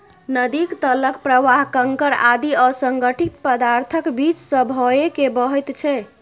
नदीक तलक प्रवाह कंकड़ आदि असंगठित पदार्थक बीच सं भए के बहैत छै